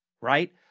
Right